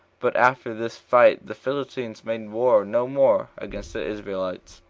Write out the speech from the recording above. but after this fight the philistines made war no more against the israelites.